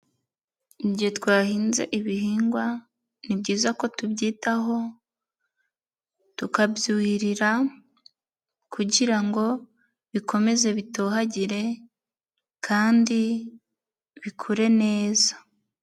Igihe twahinze ibihingwa ni byiza ko tubyitaho tukabyurira kugira ngo bikomeze bitohagire kandi bikure neza.